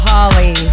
Holly